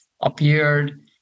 appeared